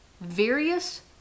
various